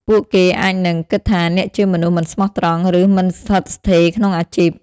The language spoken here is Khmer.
ពួកគេអាចនឹង គិតថាអ្នកជាមនុស្សមិនស្មោះត្រង់ ឬ មិនស្ថិតស្ថេរ ក្នុងអាជីព។